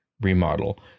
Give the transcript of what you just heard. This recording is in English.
remodel